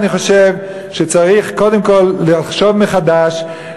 אני חושב שצריך קודם כול לחשוב מחדש,